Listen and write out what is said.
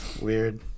Weird